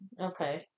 Okay